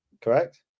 Correct